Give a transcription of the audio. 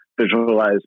visualize